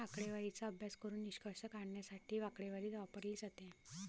आकडेवारीचा अभ्यास करून निष्कर्ष काढण्यासाठी आकडेवारी वापरली जाते